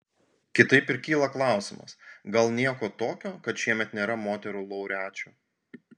kitaip ir kyla klausimas gal nieko tokio kad šiemet nėra moterų laureačių